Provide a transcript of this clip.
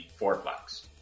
fourplex